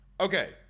Okay